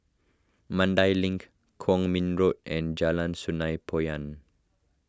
Mandai Link Kwong Min Road and Jalan Sungei Poyan